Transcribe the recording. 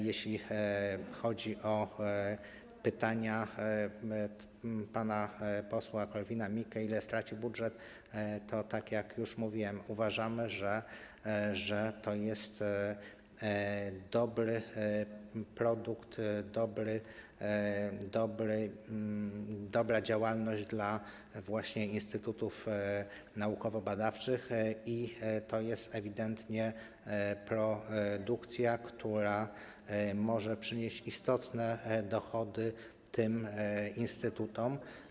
Jeśli chodzi o pytania pana posła Korwin-Mikkego, ile straci budżet, to tak jak już mówiłem, uważamy, że to jest dobry produkt, dobra działalność właśnie dla instytutów naukowo-badawczych i to jest ewidentnie produkcja, która może przynieść istotne dochody tym instytutom.